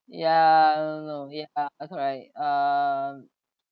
ya I don't know ya correct um